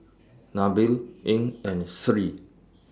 Nabil Ain and Sri